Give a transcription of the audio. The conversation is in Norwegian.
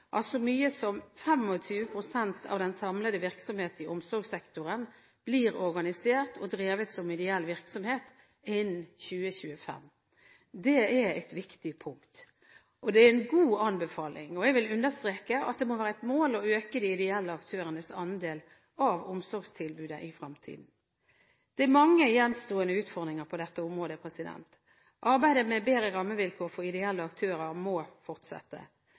av den samlede virksomhet i omsorgssektoren blir organisert og drevet som ideell virksomhet innen 2025. Det er et viktig punkt. Det er en god anbefaling, og jeg vil understreke at det må være et mål å øke de ideelle aktørenes andel av omsorgstilbudet i fremtiden. Det er mange gjenstående utfordringer på dette området. Arbeidet med bedre rammevilkår for ideelle aktører må fortsette.